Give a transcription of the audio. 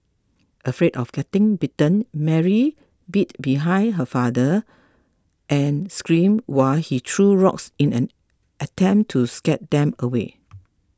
afraid of getting bitten Mary bid behind her father and scream while he threw rocks in an attempt to scare them away